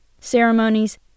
Ceremonies